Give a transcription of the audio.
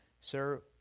sir